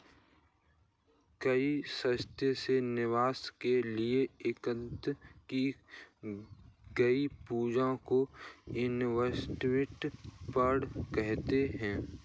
कई स्रोतों से निवेश के लिए एकत्रित की गई पूंजी को इनवेस्टमेंट फंड कहते हैं